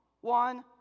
one